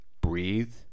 breathe